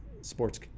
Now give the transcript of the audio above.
sports